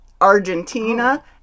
Argentina